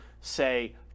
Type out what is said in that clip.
say